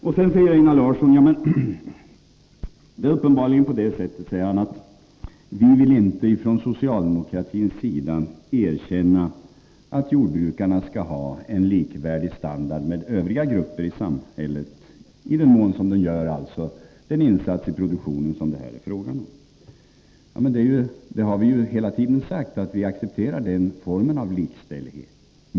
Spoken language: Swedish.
Nr 11 Sedan säger Einar Larsson att vi från socialdemokratisk sida uppenbarli Torsdagen den gen inte vill erkänna att jordbrukarna skall ha en med övriga grupper i 20 oktober 1983 samhället likvärdig standard — i den mån de gör en sådan insats i produktionen som det här är fråga om. — Vi har hela tiden sagt att vi accepterar den formen av likställighet.